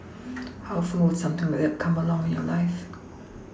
how often will something like come along in your life